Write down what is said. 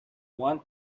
one